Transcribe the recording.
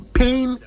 pain